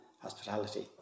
Hospitality